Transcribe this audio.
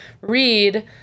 read